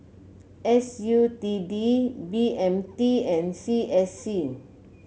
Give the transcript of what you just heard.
S U T D B M T and C S C